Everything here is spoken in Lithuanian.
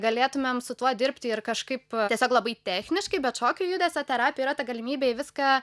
galėtumėm su tuo dirbti ir kažkaip tiesiog labai techniškai bet šokio judesio terapija yra ta galimybė į viską